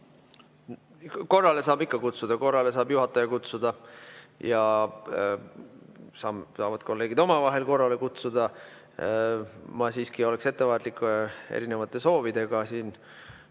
Korrale saab ikka kutsuda, korrale saab juhataja kutsuda ja saavad kolleegid omavahel korrale kutsuda. Ma siiski oleksin ettevaatlik soovidega siin